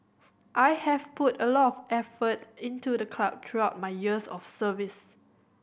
I have put a lot effort into the club throughout my years of service